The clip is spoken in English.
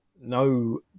no